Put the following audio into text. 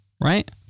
right